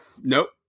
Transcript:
nope